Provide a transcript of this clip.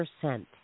percent